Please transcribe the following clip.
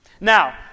Now